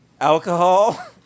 alcohol